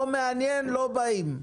לא מעניין, לא באים.